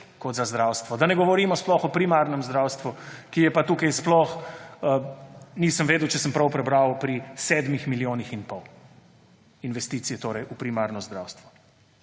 kot za zdravstvo, da ne govorimo sploh o primarnem zdravstvu, ki je pa tukaj sploh, nisem vedel, če sem prav prebral, pri 7 milijonih in pol investicij. V primarno zdravstvo,